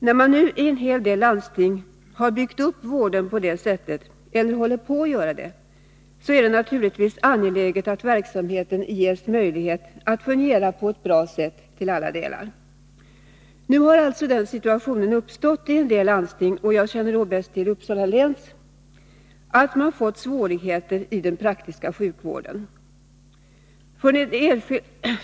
När man nui en hel del landsting har byggt upp vården på det sättet eller håller på att göra det, är det naturligtvis angeläget att verksamheten ges möjlighet att fungera på ett bra sätt i alla delar. Nu har alltså den situationen uppstått i en del landsting — jag känner då bäst till Uppsala läns landsting — att man fått svårigheter i den praktiska sjukvården.